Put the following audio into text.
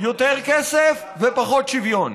יותר כסף ופחות שוויון.